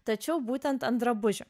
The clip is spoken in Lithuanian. tačiau būtent ant drabužių